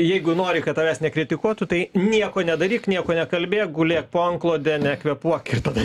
jeigu nori kad tavęs nekritikuotų tai nieko nedaryk nieko nekalbėk gulėk po antklode nekvėpuok ir tada